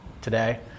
today